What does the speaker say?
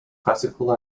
classical